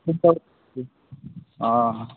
report ହଁ ହଁ